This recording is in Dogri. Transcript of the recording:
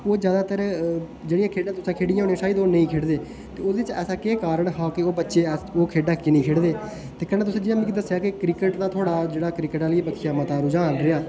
ओह् ज्यादातर जेह्ड़ियां खेढ़ा तुसे खेढ़ियां न ओह् नेई खेढ़दे ते ओह्दे च ऐसा केह् कारन हा के ओह् बच्चे खेढ़ा की नि खेढ़दे ते कन्नै जियां तुसें मिगी दस्स्सेया की क्रिकेट दा थुहाड़ा क्रिकेट आह्ली बक्खिया मता रुझान रेहा